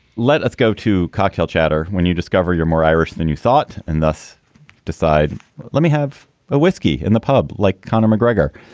let us go to cocktail chatter. when you discover you're more irish than you thought and thus decide let me have a whisky in the pub like carlton kind of mcgregor.